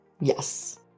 Yes